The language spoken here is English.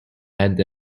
and